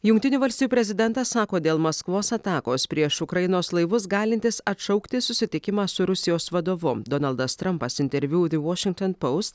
jungtinių valstijų prezidentas sako dėl maskvos atakos prieš ukrainos laivus galintis atšaukti susitikimą su rusijos vadovu donaldas trampas interviu ve vošingtin poust